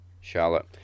Charlotte